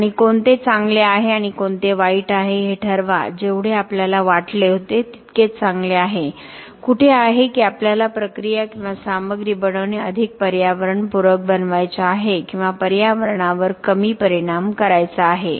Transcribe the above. आणि कोणते चांगले आहे आणि कोणते वाईट आहे हे ठरवा जेवढे आपल्याला वाटले होते तितकेच चांगले आहे कुठे आहे की आपल्याला प्रक्रिया किंवा सामग्री बनवणे अधिक पर्यावरणपूरक बनवायचे आहे किंवा पर्यावरणावर कमी परिणाम करायचा आहे